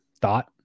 thought